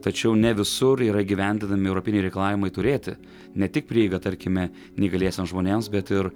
tačiau ne visur yra įgyvendinami europiniai reikalavimai turėti ne tik prieigą tarkime neįgaliemsiem žmonėms bet ir